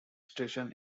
station